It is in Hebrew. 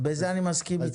בזה אני מסכים אתך.